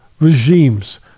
regimes